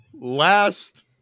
Last